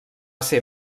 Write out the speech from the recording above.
ser